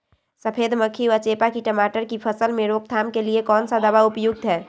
सफेद मक्खी व चेपा की टमाटर की फसल में रोकथाम के लिए कौन सा दवा उपयुक्त है?